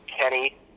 Kenny